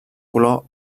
color